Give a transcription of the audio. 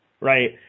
Right